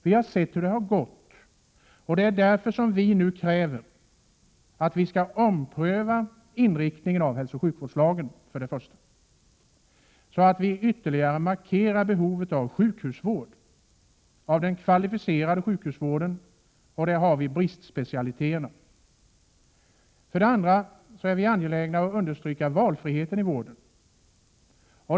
Vi har sett hur det har gått, och det är därför som vi nu kräver att riksdagen för det första skall ompröva inriktningen av hälsooch sjukvårdslagen, för att ytterligare markera behovet av sjukhusvård och av den kvalificerade sjukhusvården, där bristspecialiteterna finns. För det andra är vi angelägna om att understryka valfriheten i vården.